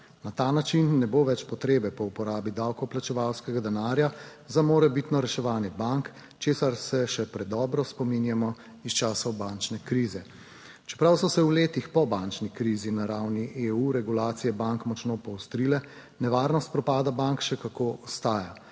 (nadaljevanje) po uporabi davkoplačevalskega denarja za morebitno reševanje bank, česar se še predobro spominjamo iz časov bančne krize. Čeprav so se v letih po bančni krizi na ravni EU regulacije bank močno poostrile, nevarnost propada bank še kako ostaja.